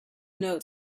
note